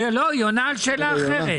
רגע, היא עונה על שאלה אחרת.